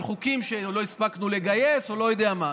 חוקים שלא הספקנו לגייס או לא יודע מה.